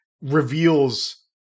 reveals